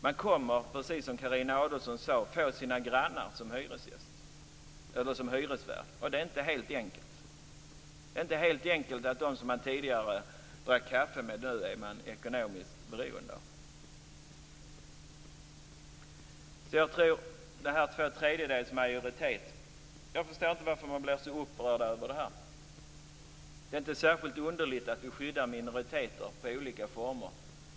Man kommer, precis som Carina Adolfsson sade, få sina grannar som hyresvärd. Det är inte helt enkelt att de man tidigare drack kaffe med är man nu ekonomiskt beroende av. Jag förstår inte varför man blev så upprörd över detta med trefjärdedels majoritet. Det är inte särskilt underligt att vi skyddar minoriteter i olika former.